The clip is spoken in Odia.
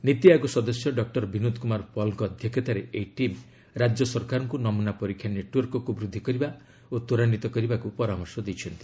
ନୀତି ଅୟୋଗ ସଦସ୍ୟ ଡକ୍ଟର ବିନୋଦ କୁମାର ପଲ୍ଙ୍କ ଅଧ୍ୟକ୍ଷତାରେ ଏହି ଟିମ୍ ରାଜ୍ୟ ସରକାରଙ୍କୁ ନମୁନା ପରୀକ୍ଷା ନେଟ୍ୱର୍କକୁ ବୃଦ୍ଧି କରିବା ଓ ତ୍ୱରାନ୍ୱିତ କରିବାକୁ ପରାମର୍ଶ ଦେଇଛନ୍ତି